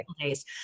days